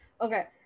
okay